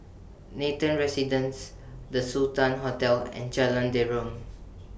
Nathan Residences The Sultan Hotel and Jalan Derum